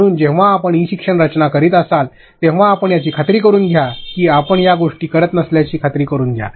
म्हणून जेव्हा आपण ई शिक्षण रचना करीत असाल तेव्हा आपण याची खात्री करुन घ्या की आपण या गोष्टी करत नसल्याची खात्री करुन घ्या